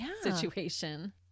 situation